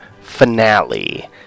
finale